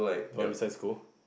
the one besides school